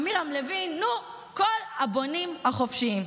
עמירם לוין, נו, כל הבונים החופשיים.